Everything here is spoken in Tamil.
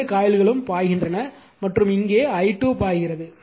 இரண்டு காயில்களும் பாய்கின்றன மற்றும் இங்கே i2 பாய்கிறது